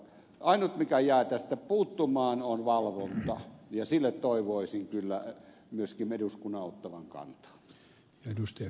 ainut mikä jää tästä puuttumaan on valvonta ja siihen toivoisin kyllä myöskin eduskunnan ottavan kantaa